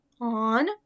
on